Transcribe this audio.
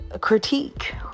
critique